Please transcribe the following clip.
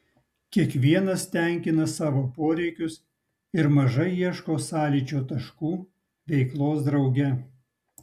kiekvienas tenkina savo poreikius ir mažai ieško sąlyčio taškų veiklos drauge